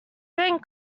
during